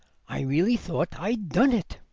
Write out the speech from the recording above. i really thought i'd done it.